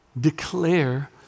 declare